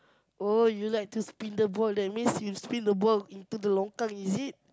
oh you like to spin the ball that means you spin the ball into the longkang is it